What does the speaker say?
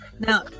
Now